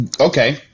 Okay